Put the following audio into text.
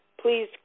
Please